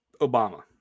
Obama